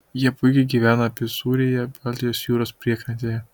jie puikiai gyvena apysūrėje baltijos jūros priekrantėje